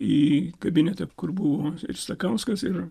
į kabinetą kur buvo ir stakauskas ir